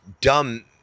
dumb